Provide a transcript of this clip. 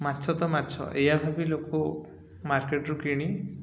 ମାଛ ତ ମାଛ ଏହାକୁ ବି ଲୋକ ମାର୍କେଟରୁ କିଣି